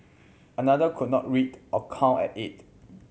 another could not read or count at eight